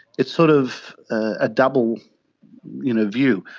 it's sort of a double you know view.